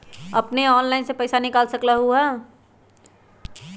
अपने ऑनलाइन से पईसा निकाल सकलहु ह?